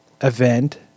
event